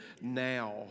now